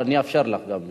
אני אאפשר לך גם לשאול.